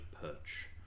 perch